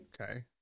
Okay